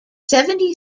seventy